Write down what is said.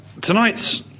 Tonight's